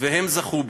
והם זכו בו.